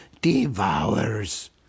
devours